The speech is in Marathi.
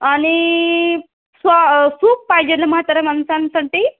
आणि स् सूप पाहिजे ना म्हाताऱ्या माणसांसाठी